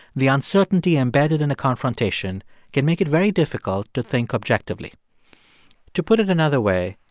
the uncertainty embedded in a confrontation can make it very difficult to think objectively to put it another way,